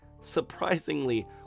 surprisingly